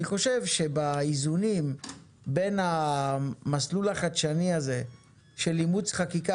אני חושב שבאיזונים בין המסלול החדשני הזה של אימוץ חקיקה